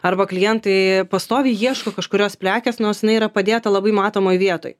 arba klientai pastoviai ieško kažkurios prekės nors jinai yra padėta labai matomoj vietoj